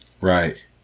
Right